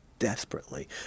desperately